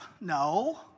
No